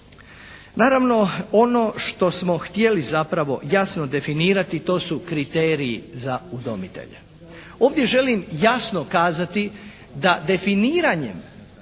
Naravno ono što smo htjeli zapravo jasno definirati to su kriteriji za udomitelje. Ovdje želim jasno kazati da definiranjem